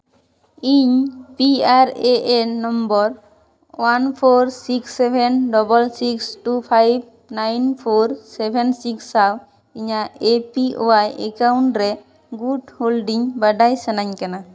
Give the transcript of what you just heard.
ᱤᱧ P R A N number one four six seven double six two five nine four seven six ᱥᱟᱶ ᱤᱧᱟᱹᱜ A P Y account ᱨᱮ good holding ᱵᱟᱰᱟᱭ ᱥᱟᱱᱟᱧ ᱠᱟᱱᱟ